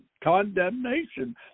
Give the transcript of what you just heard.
condemnation